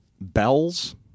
bells